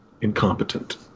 incompetent